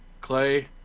Clay